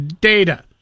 data